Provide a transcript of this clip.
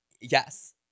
yes